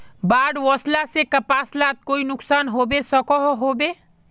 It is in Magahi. बाढ़ वस्ले से कपास लात कोई नुकसान होबे सकोहो होबे?